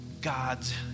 God's